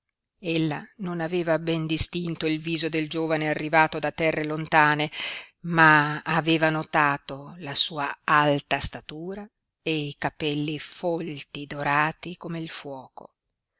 ella non aveva ben distinto il viso del giovane arrivato da terre lontane ma aveva notato la sua alta statura e i capelli folti dorati come il fuoco